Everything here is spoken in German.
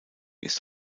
ist